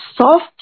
soft